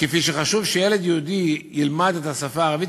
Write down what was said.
כפי שחשוב שילד יהודי ילמד את השפה הערבית,